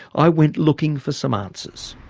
i went looking for some answers.